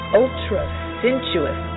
ultra-sensuous